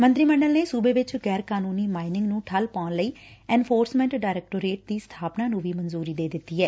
ਮੰਤਰੀ ਮੰਡਲ ਨੇ ਸੂਬੇ ਵਿਚ ਗੈਰ ਕਾਨੂੰਨੀ ਮਾਈਨਿੰਗ ਨੂੰ ਠੱਲ ਪਾਉਣ ਲਈ ਐਨਫੋਸਮੈਂਟ ਡਾਇਰੈਕਟੋਰੇਟ ਦੀ ਸਬਾਪਨਾ ਨੂੰ ਵੀ ਮਨਜੁਰੀ ਦੇ ਦਿੱਤੀ ਐ